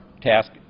task